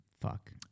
fuck